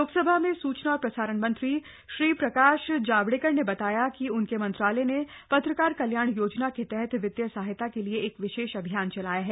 लोकसभा में सूचना और प्रसारण मंत्री प्रकाश जावड़ेकर ने बताया कि उनके मंत्रालय ने पत्रकार कल्याण योजना के तहत वित्तीय सहायता के लिए एक विशेष अभियान चलाया है